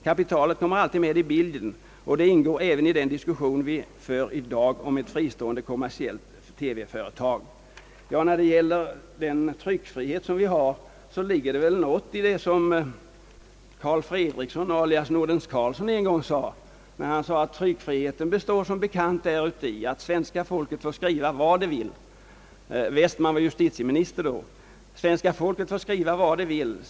Kapitalet kommer alltid med i bilden, och det ingår även i den diskussion vi för i dag om ett fristående, kommersiellt TV-företag.» Beträffande vår tryckfrihet ligger det väl något i det som Karl Fredriksson alias Nordens Karlsson en gång sade: »Tryckfriheten består som bekant däruti att svenska folket får skriva vad det vill.> Westman var justitieminister då. »Svenska folket får skriva vad det vill.